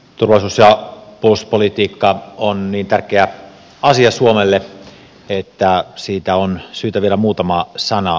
turvallisuus ja puolustuspolitiikka on niin tärkeä asia suomelle että siitä on syytä vielä muutama sana sanoa